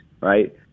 right